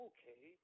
Okay